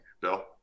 Bill